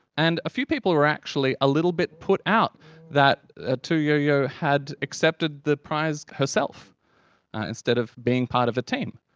and a few people were actually a little put out that ah tu youyou had accepted the prize herself instead of being part of a team.